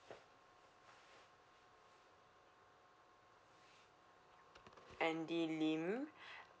andy lim